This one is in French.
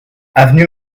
avenue